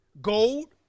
gold